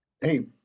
Hey